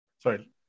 Sorry